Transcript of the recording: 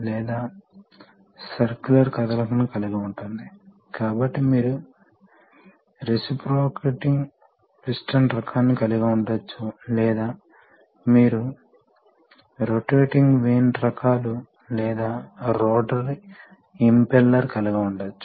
మరోవైపు ఈ force control వ్యూహం తప్పనిసరిగా ఈ వాల్వ్ యొక్క ఫోర్స్ కరెంటు పై ఆధారపడి ఉంటుందని గుర్తుంచుకోండి కనుక ఇది మీరు నిర్ధారించుకోవాలి మరియు అది తగినంతగా లేకపోతే ఫోర్స్ స్థిరంగా ఉండదు